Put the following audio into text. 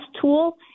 tool